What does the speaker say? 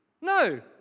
No